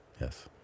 Yes